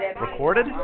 Recorded